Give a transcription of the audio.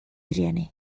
rieni